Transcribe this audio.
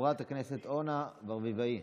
חברת הכנסת אורנה ברביבאי.